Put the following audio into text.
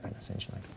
essentially